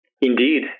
Indeed